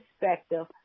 perspective